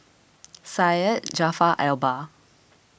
Syed Jaafar Albar